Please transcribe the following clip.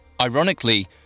Ironically